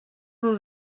will